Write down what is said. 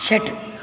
षट्